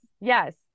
yes